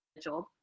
job